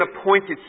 appointed